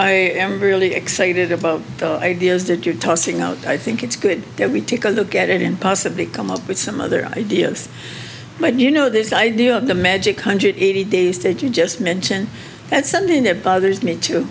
i am very excited about ideas that you're tossing out i think it's good that we take a look at it in possibly come up with some other ideas but you know this idea of the magic hundred eighty days that you just mentioned that's something that bothers me to